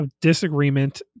disagreement